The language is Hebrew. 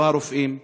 לא הרופאים,